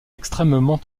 extrêmement